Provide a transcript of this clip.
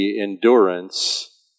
endurance